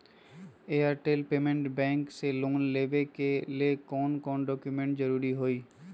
Airtel payments bank से loan लेवे के ले कौन कौन डॉक्यूमेंट जरुरी होइ?